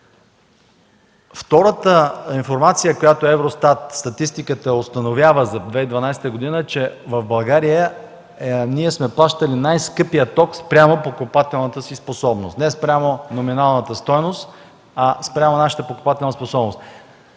Втората информация, която Евростат установява за 2012 г., е, че в България сме плащали най-скъпия ток спрямо покупателната си способност, не спрямо номиналната стойност, а спрямо нашата покупателна способност.